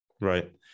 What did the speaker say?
right